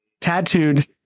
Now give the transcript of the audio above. Tattooed